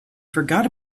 forgot